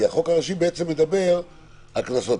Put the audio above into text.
כי החוק הראשי מדבר על קנסות.